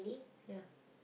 ya